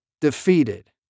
defeated